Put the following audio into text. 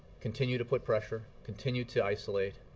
continue to put pressure, continue to isolate,